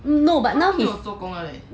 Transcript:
err no but now he